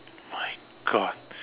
my God